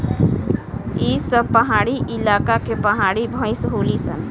ई सब पहाड़ी इलाका के पहाड़ी भईस होली सन